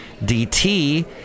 DT